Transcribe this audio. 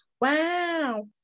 Wow